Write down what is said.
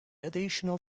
additional